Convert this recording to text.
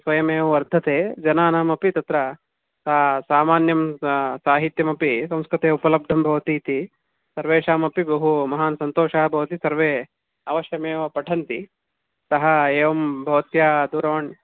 स्वयमेव वर्धते जनानामपि तत्र सामान्यं साहित्यमपि संस्कृते उपलब्धं भवतीति सर्वेषामपि बहु महान् सन्तोषः भवति सर्वे अवश्यमेव पठन्ति अतः एवं भवत्या दूरवाणीं